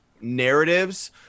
narratives